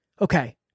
Okay